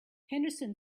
henderson